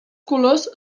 colors